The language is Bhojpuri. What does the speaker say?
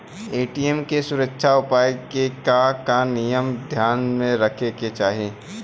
ए.टी.एम के सुरक्षा उपाय के का का नियम ध्यान में रखे के चाहीं?